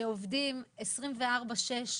שעובדים 24/6,